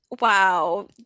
Wow